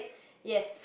yes